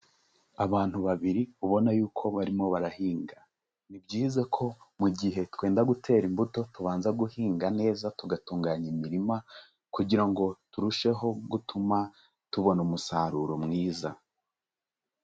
Abantu babiri ubona yuko barimo barahinga, ni byiza ko mu gihe twenda gutera imbuto tubanza guhinga neza tugatunganya imirima kugira ngo turusheho gutuma tubona umusaruro mwiza.